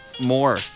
More